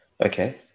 Okay